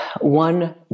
one